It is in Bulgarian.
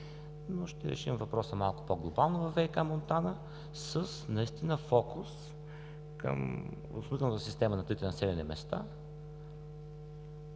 но ще решим въпроса малко по-глобално във ВиК – Монтана, с наистина фокус към водоснабдителната система на трите населени места,